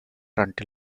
until